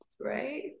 Right